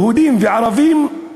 יהודים וערבים,